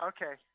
Okay